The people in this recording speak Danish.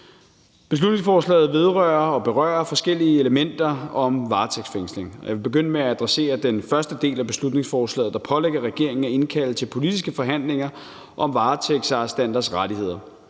Beslutningsforslaget vedrører og berører forskellige elementer af varetægtsfængsling, og jeg vil begynde med at adressere den første del af beslutningsforslaget, der pålægger regeringen at indkalde til politiske forhandlinger om varetægtsarrestanters rettigheder.